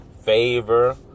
favor